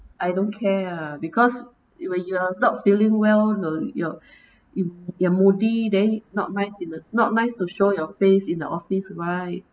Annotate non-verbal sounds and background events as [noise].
I don't care ah because you you are not feeling well [noise] you're [breath] you're you're moody then not nice you know not nice to show your face in the office by